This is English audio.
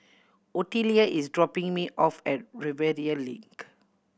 Otelia is dropping me off at Rivervale Link